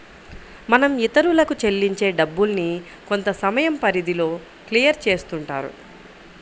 మనం ఇతరులకు చెల్లించే డబ్బుల్ని కొంతసమయం పరిధిలో క్లియర్ చేస్తుంటారు